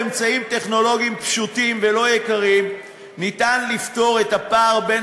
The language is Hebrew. באמצעים טכנולוגיים פשוטים ולא יקרים אפשר לפתור את הפער בין